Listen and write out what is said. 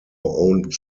owned